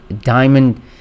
diamond